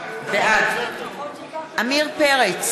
בעד עמיר פרץ,